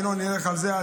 ינון נלך על זה,